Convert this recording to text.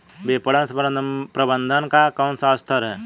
विपणन प्रबंधन का कौन सा स्तर है?